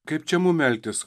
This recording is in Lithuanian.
kaip čia mum elgtis